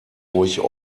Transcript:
ruhig